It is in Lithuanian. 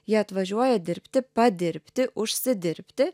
jie atvažiuoja dirbti padirbti užsidirbti